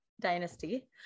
dynasty